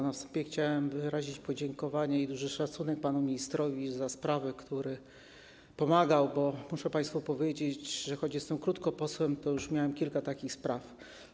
Na wstępie chciałem wyrazić podziękowanie i duży szacunek panu ministrowi za sprawy, w których pomagał, bo muszę państwu powiedzieć, że choć jestem krótko posłem, to już miałem kilka takich spraw.